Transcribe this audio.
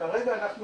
כרגע אנחנו